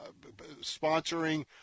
sponsoring